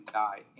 die